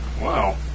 Wow